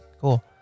cool